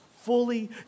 fully